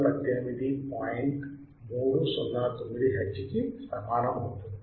309 hertz కి సమానమవుతుంది